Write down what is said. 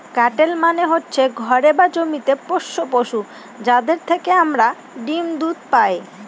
cattle মানে হচ্ছে ঘরে বা জমিতে পোষ্য পশু, যাদের থেকে আমরা ডিম দুধ পায়